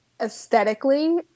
aesthetically